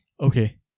Okay